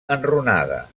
enrunada